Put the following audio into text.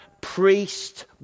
priest